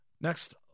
Next